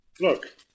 Look